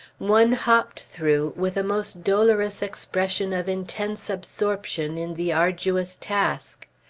one hopped through with a most dolorous expression of intense absorption in the arduous task.